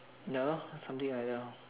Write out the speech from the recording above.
ya lor something like that lor